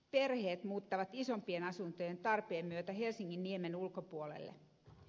perheet muuttavat isompien asuntojen tarpeen myötä helsinginniemen ulkopuolelle